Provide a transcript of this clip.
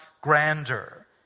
grander